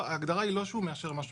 ההגדרה היא לא שהוא מאשר משהו מיותר.